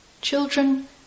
Children